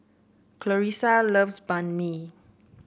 Clarisa loves Banh Mi